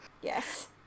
Yes